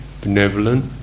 benevolent